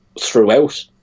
throughout